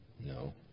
No